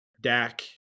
Dak